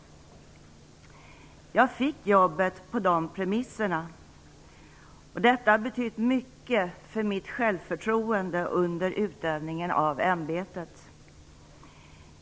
Jag fick jobbet på de premisserna. Detta har betytt mycket för mitt självförtroende under utövningen av ämbetet.